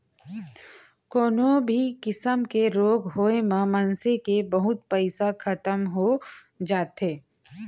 कोनो भी किसम के रोग होय म मनसे के बहुत पइसा खतम हो जाथे